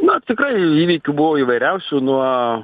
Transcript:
na tikrai įvykių buvo įvairiausių nuo